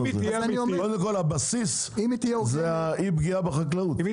קודם כל הבסיס זה אי הפגיעה בחקלאות, לא?